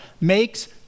makes